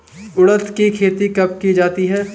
उड़द की खेती कब की जाती है?